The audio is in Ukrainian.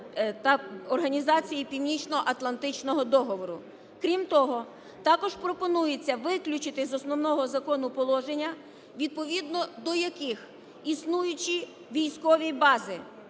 та в Організації Північноатлантичного договору. Крім того, також пропонується виключити з Основного Закону положення, відповідно до яких існуючі військові бази